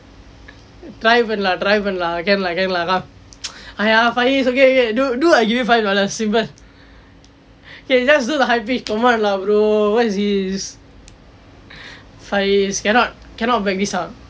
try பண்ணு:pannu lah can lah can lah come !aiya! five years okay okay dude dude I give you five dollars simple can you just do the high pitch come on lah bro what is this five years cannot cannot back this up